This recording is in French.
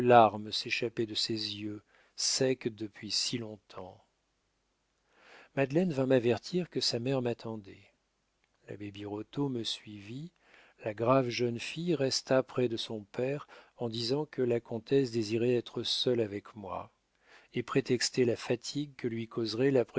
s'échappaient de ses yeux secs depuis si long-temps madeleine vint m'avertir que sa mère m'attendait l'abbé birotteau me suivit la grave jeune fille resta près de son père en disant que la comtesse désirait être seule avec moi et prétextait la fatigue que lui causerait la